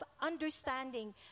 understanding